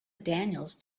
daniels